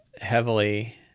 heavily